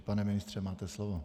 Pane ministře, máte slovo.